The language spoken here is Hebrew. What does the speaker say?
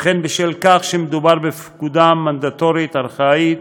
וכן בשל כך שמדובר בפקודה מנדטורית, ארכאית,